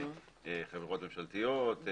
חברות ממשלתיות,